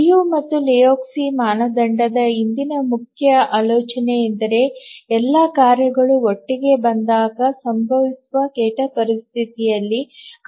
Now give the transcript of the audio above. Liu ಮತ್ತು Lehoczky ಮಾನದಂಡದ ಹಿಂದಿನ ಮುಖ್ಯ ಆಲೋಚನೆಯೆಂದರೆ ಎಲ್ಲಾ ಕಾರ್ಯಗಳು ಒಟ್ಟಿಗೆ ಬಂದಾಗ ಸಂಭವಿಸುವ ಕೆಟ್ಟ ಪರಿಸ್ಥಿತಿಯಲ್ಲಿ